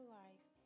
life